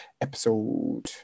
episode